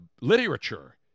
literature